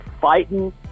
fighting